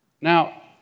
Now